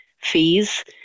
fees